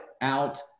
out